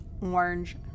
orange